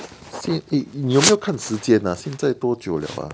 eh 你有没有看时间啊现在多久 liao ah